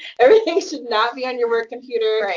everything should not be on your work computer. right.